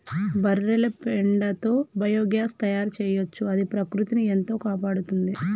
బర్రెల పెండతో బయోగ్యాస్ తయారు చేయొచ్చు అది ప్రకృతిని ఎంతో కాపాడుతుంది